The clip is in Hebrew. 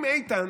איתן,